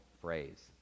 phrase